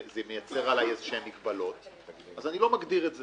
זה מייצר עליי מגבלות, אז אני לא מגדיר את זה.